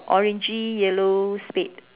orangey yellow spade